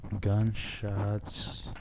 gunshots